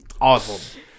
Awesome